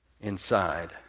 inside